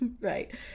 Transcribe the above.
right